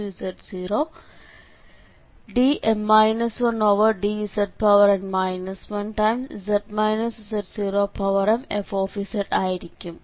z→z0dm 1dzm 1z z0mfzആയിരിക്കും